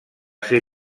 ser